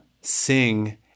sing